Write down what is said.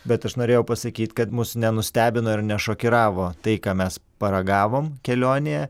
bet aš norėjau pasakyt kad mus nenustebino ir nešokiravo tai ką mes paragavom kelionėje